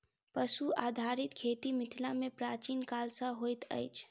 पशु आधारित खेती मिथिला मे प्राचीन काल सॅ होइत अछि